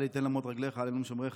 אל יתן למוט רגלך אל ינום שמרך.